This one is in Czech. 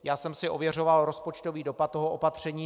Já jsem si ověřoval rozpočtový dopad toho opatření.